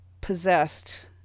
possessed